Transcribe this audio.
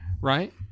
right